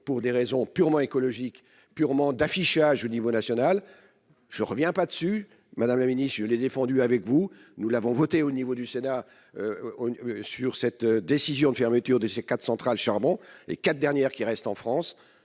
pour des raisons purement écologique purement d'affichage au niveau national, je reviens pas dessus, madame la Ministre, je l'ai défendu avec vous, nous l'avons voté au niveau du sénat sur cette décision de fermeture de ses 4 centrales charbon et quatre dernières qui reste en France,